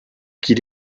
qu’il